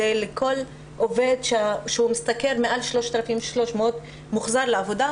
לכל עובד שמשתכר מעל 3,300 מוחזר לעבודה,